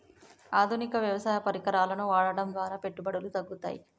ఆధునిక వ్యవసాయ పరికరాలను వాడటం ద్వారా పెట్టుబడులు తగ్గుతయ?